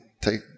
take